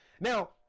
now